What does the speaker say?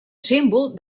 símbol